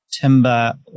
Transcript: timber